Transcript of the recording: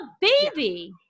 baby